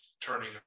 turning